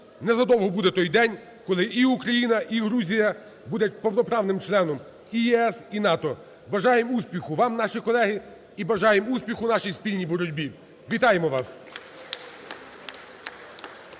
незадовго буде той день, коли і Україна, і Грузія буде повноправним членом і ЄС, і НАТО. Бажаємо успіху вам, наші колеги, і бажаємо успіху нашій спільній боротьбі. Вітаємо вас!